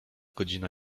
godzina